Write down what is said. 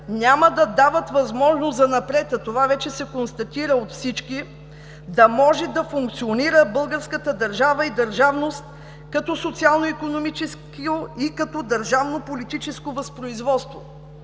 няма да дават възможност занапред, а това вече се констатира от всички, да може да функционира българската държава и държавност като социално-икономическо и като държавно-политическо възпроизводство.